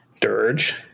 Dirge